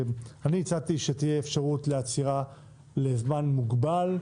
אני הצעתי שתהיה אפשרות לעצירה לזמן מוגבל,